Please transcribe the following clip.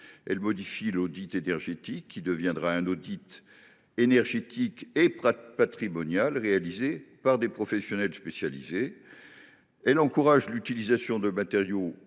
Elle modifie l’audit énergétique, qui devient un audit énergétique et patrimonial réalisé par des professionnels spécialisés ; elle encourage l’utilisation de matériaux